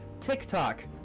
TikTok